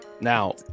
Now